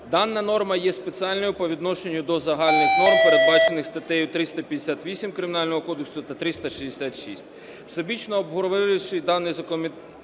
Дана норма є спеціальною по відношенню до загальних норм, передбачених статтею 358 Кримінального кодексу та 366.